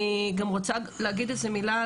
אני גם רוצה להגיד מילה,